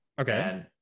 Okay